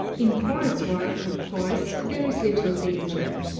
in chorus work, of course, there is little danger.